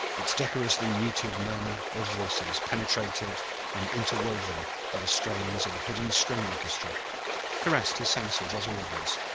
its decorously muted murmur of voices penetrated and interwoven by the strains of a hidden string orchestra caressed his senses as always,